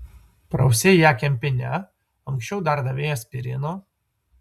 prausei ją kempine anksčiau dar davei aspirino